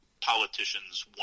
politicians